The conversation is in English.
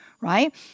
right